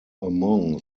among